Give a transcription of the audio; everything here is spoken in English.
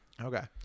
Okay